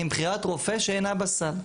עם בחירת רופא שאינה בסל.